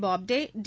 Bobde D